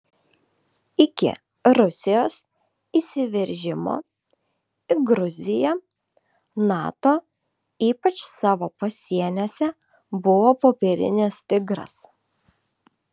iki rusijos įsiveržimo į gruziją nato ypač savo pasieniuose buvo popierinis tigras